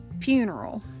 funeral